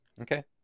Okay